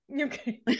Okay